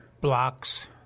blocks